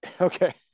Okay